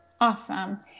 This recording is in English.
Awesome